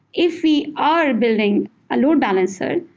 if we are building a load balancer,